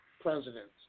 presidents